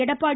Edappadi